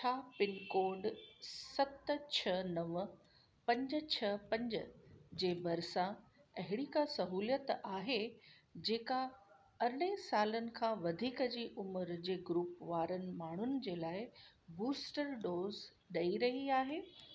छा पिनकोड सत छह नव पंज छह पंज जे भरिसां अहिड़ी का सहुलियत आहे जेका अरिडहं सालनि खां वधीक जी उमिरि जे ग्रुप वारनि माण्हुनि जे लाइ बूस्टर डोज़ ॾई रही आहे